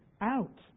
out